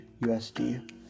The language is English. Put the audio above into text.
USD